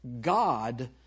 God